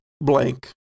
blank